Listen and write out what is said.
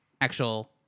actual